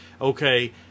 Okay